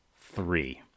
three